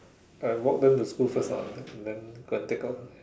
I walk them to school first lah and then then go and take out